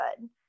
good